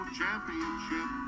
championship